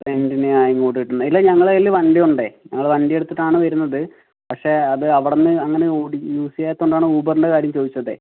റെൻ്റിനാണ് ഇങ്ങോട്ട് കിട്ടുന്നത് ഇല്ല ഞങ്ങളെ കയ്യിൽ വണ്ടിയുണ്ടേ ഞങ്ങൾ വണ്ടിയെടുത്തിട്ടാണ് വരുന്നത് പക്ഷേ അത് അവിടുന്ന് അങ്ങനെ ഓടി യൂസ് ചെയ്യാത്തതുകൊണ്ടാണ് ഊബെറിൻ്റെ കാര്യം ചോദിച്ചത്